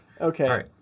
Okay